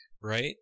right